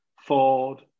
Ford